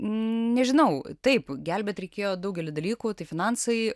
nežinau taip gelbėti reikėjo daugelį dalykų tai finansai